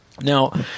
Now